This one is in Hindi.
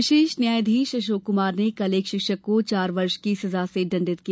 विशेष न्यायाधीश अशोक कुमार ने कल एक शिक्षक को चार वर्ष की सजा से दण्डित किया